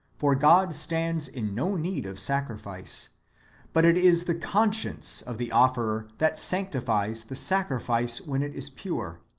for god stands in no need of sacrifice but it is the conscience of the offerer that sanctifies the sacrifice when it is pure,